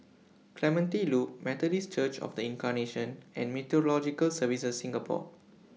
Clementi Loop Methodist Church of The Incarnation and Meteorological Services Singapore